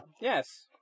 Yes